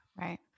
Right